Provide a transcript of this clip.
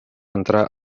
entrar